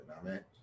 Amen